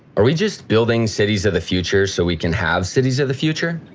are we just building cities of the future so we can have cities of the future?